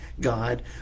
God